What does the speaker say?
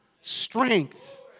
strength